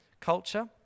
culture